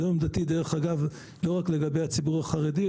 זו עמדתי דרך אגב לא רק לגבי הציבור החרדי,